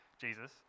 Jesus